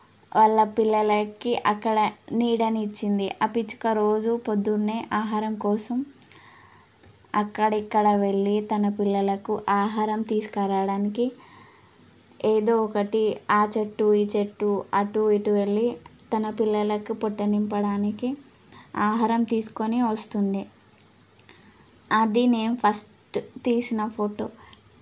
వాళ్ళ పిల్లలకి అక్కడ నీడని ఇచ్చింది ఆ పిచ్చుక రోజు పొద్దున్నే ఆహారం కోసం అక్కడ ఇక్కడ వెళ్ళి తన పిల్లలకు ఆహారం తీసుకరావడానికి ఏదో ఒకటి ఆ చెట్టు ఈ చెట్టు అటూ ఇటూ వెళ్ళి తన పిల్లలకు పొట్ట నింపడానికి ఆహారం తీసుకొని వస్తుంది అది నేను ఫస్ట్ తీసిన ఫోటో